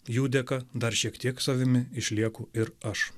jų dėka dar šiek tiek savimi išlieku ir aš